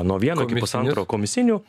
nuo vieno iki pusantro komisinių